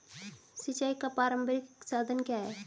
सिंचाई का प्रारंभिक साधन क्या है?